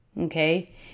Okay